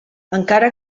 encara